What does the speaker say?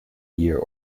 year